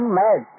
mad